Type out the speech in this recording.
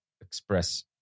express